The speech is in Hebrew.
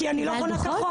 כי אני לא חונה כחוק.